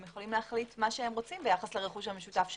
הם יכולים להחליט מה שהם רוצים ביחס לרכוש המשותף שלהם,